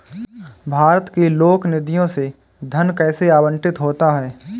भारत की लोक निधियों से धन कैसे आवंटित होता है?